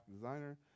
designer